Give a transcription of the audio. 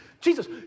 Jesus